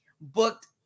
booked